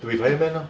to be fireman ah